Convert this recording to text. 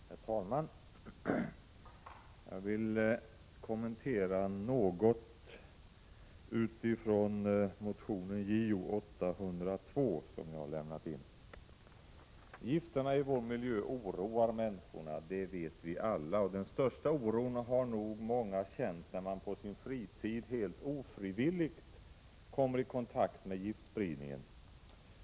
Herr talman! Jag vill göra några kommentarer med utgångspunkt i motionen Jo802, som jag har väckt. Gifterna i vår miljö oroar människorna, det vet vi alla. Den största oron har nog många känt när de på sin fritid ofrivilligt kommer i kontakt med giftspridningen.